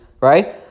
right